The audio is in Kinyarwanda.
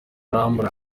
arambura